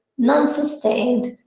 nonsustained,